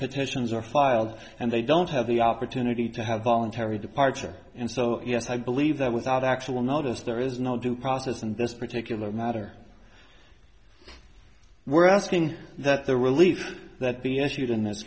potentials are filed and they don't have the opportunity to have voluntary departure and so yes i believe that without actual notice there is no due process in this particular matter we're asking that the relief that be issued in this